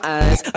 eyes